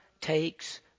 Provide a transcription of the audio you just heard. takes